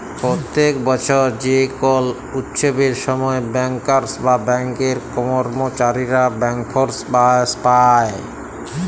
প্যত্তেক বসর যে কল উচ্ছবের সময় ব্যাংকার্স বা ব্যাংকের কম্মচারীরা ব্যাংকার্স বলাস পায়